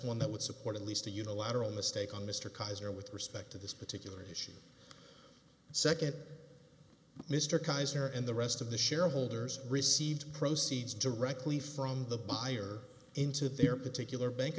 one that would support at least a unilateral mistake on mr kaiser with respect to this particular issue second mr kaiser and the rest of the shareholders received proceeds directly from the buyer into their particular bank